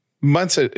Months